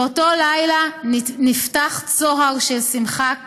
באותו לילה נפתח צוהר של שמחה כנה,